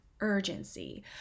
urgency